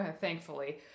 thankfully